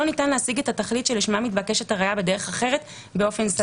ניתן להשיג את התכלית שלשמה מתבקשת הראיה בדרך אחרת באופן סביר".